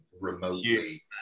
remotely